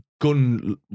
gun